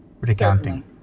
recounting